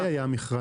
מתי היה המכרז